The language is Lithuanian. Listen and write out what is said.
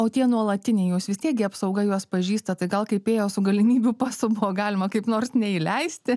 o tie nuolatiniai juos vis tiek gi apsauga juos pažįsta tai gal kaip ėjo su galimybių pasu galima kaip nors neįleisti